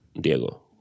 Diego